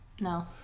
No